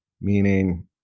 meaning